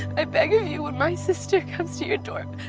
i beg of you when my sister comes to your door,